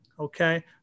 Okay